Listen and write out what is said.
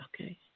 okay